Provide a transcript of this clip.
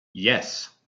yes